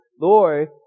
Lord